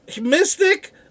Mystic